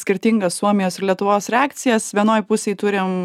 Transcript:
skirtingas suomijos ir lietuvos reakcijas vienoj pusėj turim